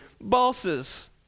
bosses